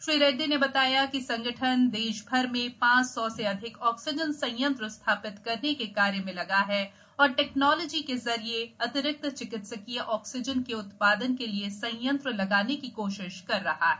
श्री रेड्डी ने बताया कि संगठन देशभर में पांच सौ से अधिक ऑक्सीजन संयंत्र स्थापित करने के कार्य में लगा है और टेक्नॉलोजी के जरिये अतिरिक्त चिकित्सकीय ऑक्सीजन के उत्पादन के लिए संयंत्र लगाने की कोशिश कर रहा है